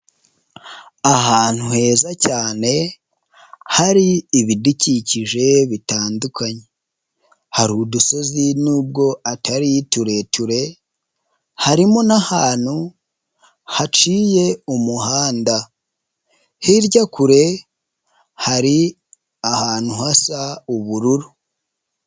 Ahantu heza cyane hari ibidukikije bitandukanye, hari udusozi n'ubwo atari tureture, harimo n'ahantu haciye umuhanda hirya kure hari ahantu hasa ubururu.